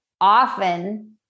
often